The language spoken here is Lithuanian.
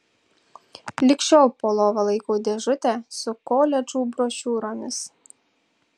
lig šiol po lova laikau dėžutę su koledžų brošiūromis